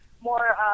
more